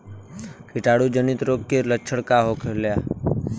कीटाणु जनित रोग के लक्षण का होखे?